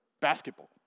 basketball